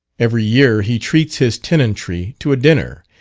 every year he treats his tenantry to a dinner,